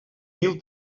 mil